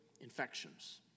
infections